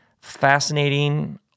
fascinating